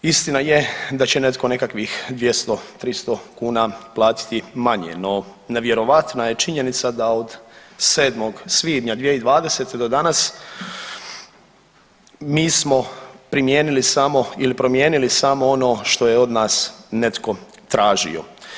Istina je da će netko nekakvih 200, 300 kuna platiti manje no nevjerojatna je činjenica da od 7. svibnja 2020. do danas mi smo primijenili samo ili promijenili samo ono što je od nas netko tražio.